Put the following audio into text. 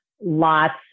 lots